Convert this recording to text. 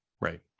Right